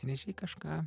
atsinešei kažką